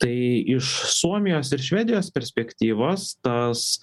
tai iš suomijos ir švedijos perspektyvos tas